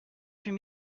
huit